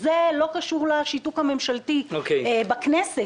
זה לא קשור לשיתוק הממשלתי בכנסת,